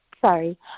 Sorry